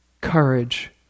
courage